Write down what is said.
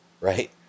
Right